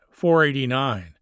489